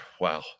wow